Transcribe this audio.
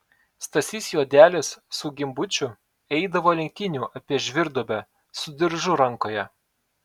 stasys juodelis su gimbučiu eidavo lenktynių apie žvyrduobę su diržu rankoje